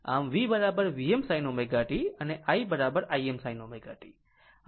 આમ v Vm sin ω t અને I i sin ω t